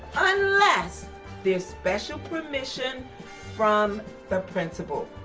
unless there's special permission from the principal.